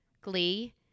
Glee